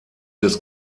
des